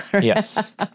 yes